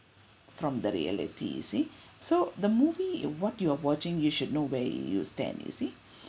from the reality you see so the movie what you're watching you should know where will you stand you see